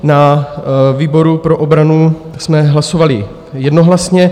Na výboru pro obranu jsme hlasovali jednohlasně.